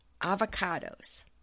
avocados